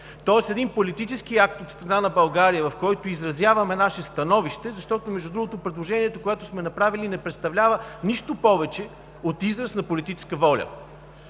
Тоест един политически акт от страна на България, в който изразяваме наше становище, защото, между другото, предложението, което сме направили, не представлява нищо повече от израз на политическа воля.